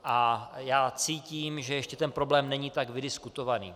A já cítím, že ještě ten problém není tak vydiskutovaný.